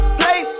play